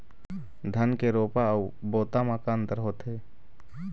धन के रोपा अऊ बोता म का अंतर होथे?